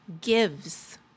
gives